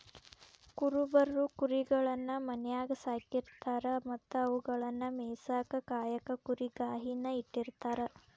ಕುರುಬರು ಕುರಿಗಳನ್ನ ಮನ್ಯಾಗ್ ಸಾಕಿರತಾರ ಮತ್ತ ಅವುಗಳನ್ನ ಮೇಯಿಸಾಕ ಕಾಯಕ ಕುರಿಗಾಹಿ ನ ಇಟ್ಟಿರ್ತಾರ